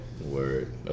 Word